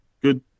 Good